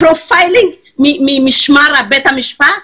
פרופיילינג ממשמר בית המשפט.